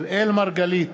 אראל מרגלית,